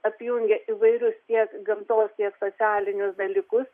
apjungia įvairius tiek gamtos tiek socialinius dalykus